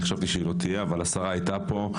אני חשבתי שהיא לא תהיה אבל השרה הייתה פה,